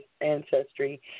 ancestry